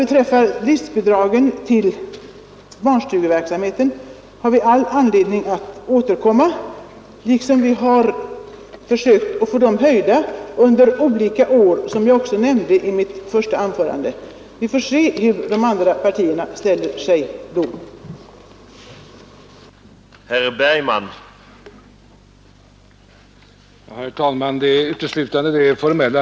Till frågan om driftbidragen till barnstugeverksamheten får vi anledning att återkomma. Vi har under olika år försökt få de bidragen höjda, som jag också nämnde i mitt första anförande. Vi får senare se hur de andra partierna ställer sig i denna fråga.